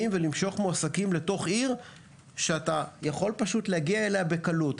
ולמשוך מועסקים לתוך עיר שאתה יכול להגיע אליה בקלות.